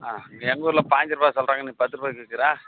ஆ எங்கள் ஊரில் பாய்ஞ்சிரூபா சொல்கிறாங்க நீ பத்துரூபாய்க்கு விக்கிற